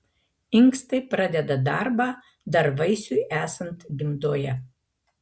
inkstai pradeda darbą dar vaisiui esant gimdoje